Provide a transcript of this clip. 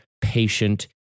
patient